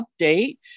update